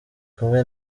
kumwe